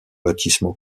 baptismaux